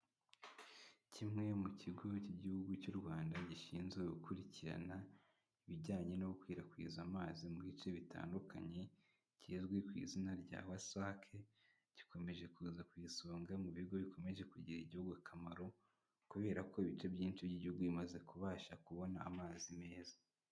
Kimwe mu kigo cy'igihugu cy'u Rwanda gishinzwe gukurikirana ibijyanye no gukwirakwiza amazi mu bice bitandukanye, kizwi ku izina rya WASAC gikomeje kuza ku isonga mu bigo bikomeje kugirira igihugu akamaro kubera ko ibice byinshi by'igihugu bimaze kubasha kubona amazi meza.